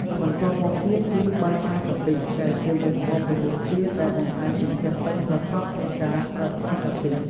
បន្ទាប់មកទៀតគឺ បាយឆាកាពិ ដែលជាមុខម្ហូបមួយមុខទៀតដែលបង្ហាញពីភាពប៉ិនប្រសប់ក្នុងការប្រើប្រាស់កាពិ។